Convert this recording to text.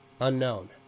Unknown